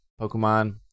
Pokemon